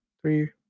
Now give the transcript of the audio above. three